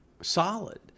solid